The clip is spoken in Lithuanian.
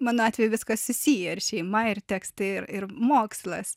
mano atveju viskas susiję ir šeima ir tekstai ir ir mokslas